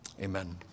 Amen